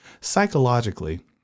psychologically